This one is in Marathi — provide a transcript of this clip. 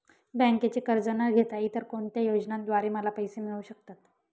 बँकेचे कर्ज न घेता इतर कोणत्या योजनांद्वारे मला पैसे मिळू शकतात?